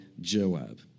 Joab